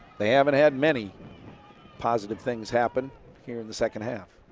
they haven't had many positive things happen here in the second half.